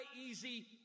easy